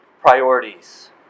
priorities